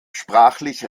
sprachlich